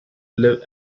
live